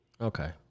Okay